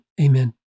Amen